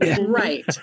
Right